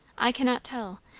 i cannot tell.